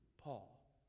Paul